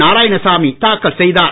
நாராயணசாமி தாக்கல் செய்தார்